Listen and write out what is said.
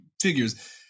figures